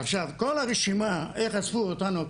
עכשיו כל הרשימה איך אספו אותנו,